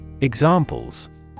Examples